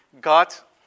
got